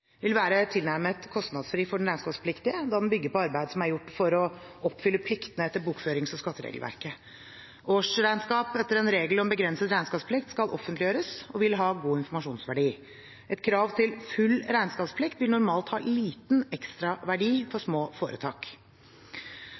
vil være tilnærmet kostnadsfri for den regnskapspliktige, da den bygger på arbeid som er gjort for å oppfylle pliktene etter bokførings- og skatteregelverket. Årsregnskap etter en regel om begrenset regnskapsplikt skal offentliggjøres og vil ha god informasjonsverdi. Et krav til full regnskapsplikt vil normalt ha liten ekstraverdi for små foretak.